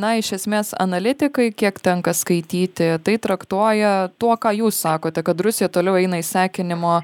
na iš esmės analitikai kiek tenka skaityti tai traktuoja tuo ką jūs sakote kad rusija toliau eina į sekinimo